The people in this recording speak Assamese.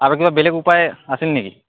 আৰু কিবা বেলেগ উপায় আছিল নেকি